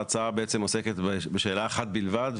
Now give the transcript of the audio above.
ההצעה עוסקת בשאלה אחת בלבד,